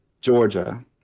Georgia